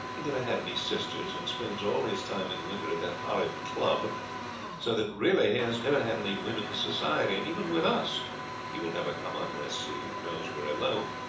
he never had any sisters, and spends all his time in winter at that horrid club so that really he has never had any women's society, and even with us he will never come unless he knows we are alone.